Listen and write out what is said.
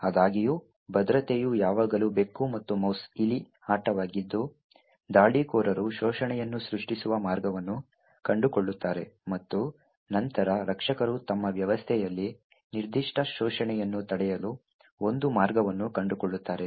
ಆದಾಗ್ಯೂ ಭದ್ರತೆಯು ಯಾವಾಗಲೂ ಬೆಕ್ಕು ಮತ್ತು ಮೌಸ್ಇಲಿ ಆಟವಾಗಿದ್ದು ದಾಳಿಕೋರರು ಶೋಷಣೆಯನ್ನು ಸೃಷ್ಟಿಸುವ ಮಾರ್ಗವನ್ನು ಕಂಡುಕೊಳ್ಳುತ್ತಾರೆ ಮತ್ತು ನಂತರ ರಕ್ಷಕರು ತಮ್ಮ ವ್ಯವಸ್ಥೆಯಲ್ಲಿ ನಿರ್ದಿಷ್ಟ ಶೋಷಣೆಯನ್ನು ತಡೆಯಲು ಒಂದು ಮಾರ್ಗವನ್ನು ಕಂಡುಕೊಳ್ಳುತ್ತಾರೆ